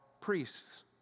priests